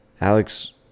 Alex